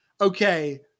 okay